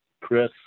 Chris